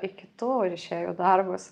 į kitų rišėjų darbus